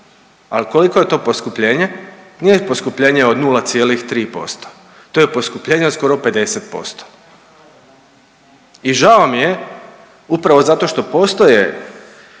ali koliko je to poskupljenje? Nije poskupljenje od 0,3%. To je poskupljenje od skoro 50%. I žao mi je upravo zato što postoje